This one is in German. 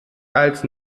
als